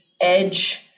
edge